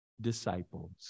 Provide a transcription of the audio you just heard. disciples